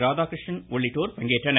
ராதாகிருஷ்ணன் உள்ளிட்டோர் பங்கேற்றனர்